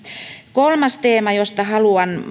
kolmas teema josta haluan